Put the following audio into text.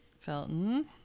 Felton